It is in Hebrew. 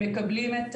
מקבלים את